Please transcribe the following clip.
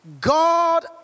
God